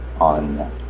on